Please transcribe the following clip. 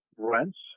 Rents